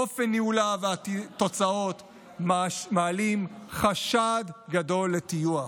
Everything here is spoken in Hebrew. אופן ניהולה והתוצאות מעלים חשד גדול לטיוח.